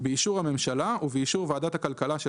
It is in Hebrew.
באישור הממשלה ובאישור ועדת הכלכלה של